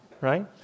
right